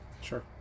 Sure